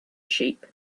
sheep